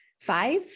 Five